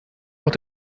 auch